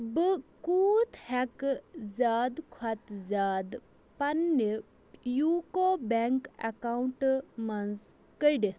بہٕ کوٗت ہٮ۪کہٕ زِیٛادٕ کھۄتہٕ زِیٛادٕ پنِنہِ یوٗکو بیٚنٛک اکاونٹہٕ منٛز کٔڑِتھ